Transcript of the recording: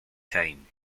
time